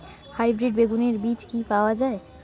Hybrid বেগুনের বীজ কি পাওয়া য়ায়?